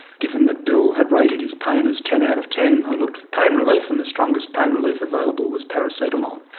given that bill had rated his pain as ten out of ten i looked for pain relief and the strongest pain relief available was paracetamol.